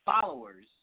followers